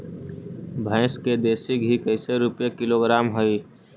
भैंस के देसी घी कैसे रूपये किलोग्राम हई?